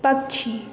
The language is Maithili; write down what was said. पक्षी